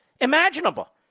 imaginable